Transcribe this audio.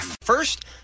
First